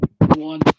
one